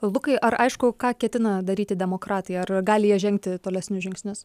lukai ar aišku ką ketina daryti demokratai ar gali jie žengti tolesnius žingsnius